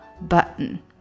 button